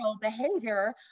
behavior